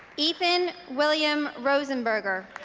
ethan william rosenberger